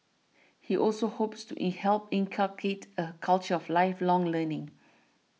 he also hopes to eat help inculcate a culture of lifelong learning